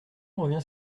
revient